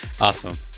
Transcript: Awesome